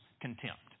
contempt